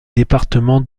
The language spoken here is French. départements